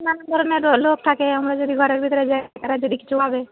নানা ধরনের লোক থাকে আমরা যদি ঘরের ভিতরে যায় তাঁরা যদি কিছু ভাবে